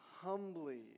humbly